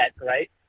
right